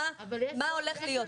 זה קלסי,